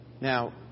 Now